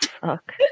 fuck